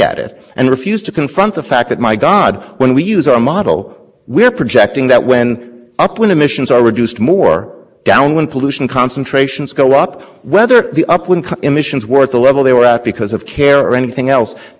decided it's now on the regulatory agenda to update the transport rule so we are stuck with this until there is a new rule making and we don't think we should be if i may go for the questions if i may reserve the remainder of my time